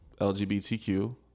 LGBTQ